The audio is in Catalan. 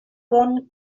bon